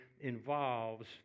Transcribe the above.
involves